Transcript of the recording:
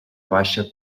baixa